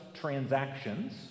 transactions